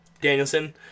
Danielson